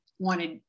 wanted